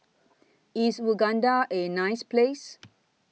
IS Uganda A nice Place